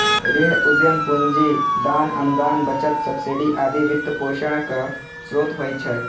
ऋण, उद्यम पूंजी, दान, अनुदान, बचत, सब्सिडी आदि वित्तपोषणक स्रोत होइ छै